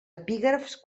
epígrafs